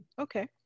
Okay